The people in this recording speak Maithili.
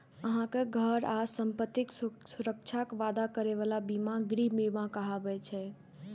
अहांक घर आ संपत्तिक सुरक्षाक वादा करै बला बीमा गृह बीमा कहाबै छै